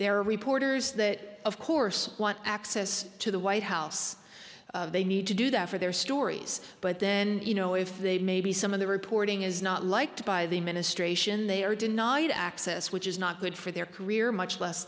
are reporters that of course want access to the white house they need to do that for their stories but then you know if they maybe some of the reporting is not liked by the administration they are denied access which is not good for their career much less